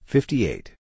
Fifty-eight